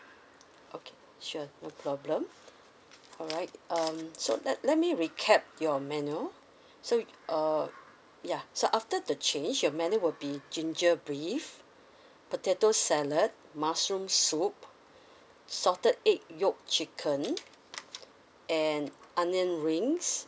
okay sure no problem alright um so let let me recap your menu so uh ya so after the change your menu will be ginger beef potato salad mushroom soup salted egg yolk chicken and onion rings